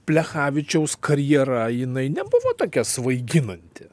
plechavičiaus karjera jinai nebuvo tokia svaiginanti